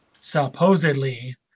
supposedly